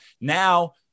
now